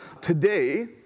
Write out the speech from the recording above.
Today